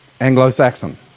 Anglo-Saxon